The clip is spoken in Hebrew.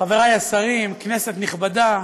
חברי השרים, כנסת נכבדה,